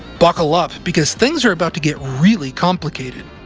buckle up, because things are about to get really complicated.